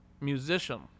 Musician